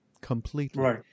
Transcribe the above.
Completely